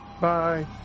Bye